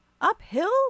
Uphill